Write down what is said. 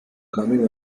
coming